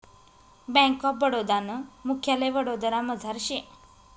bank of Baroda नं मुख्यालय वडोदरामझार शे